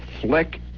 Flick